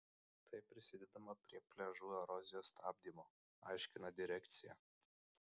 taip prisidedama prie pliažų erozijos stabdymo aiškina direkcija